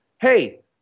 Hey